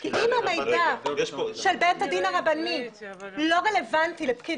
כי אם המידע של בית הדין הרבני לא רלוונטי לפקיד